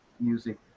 music